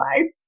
life